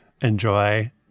enjoy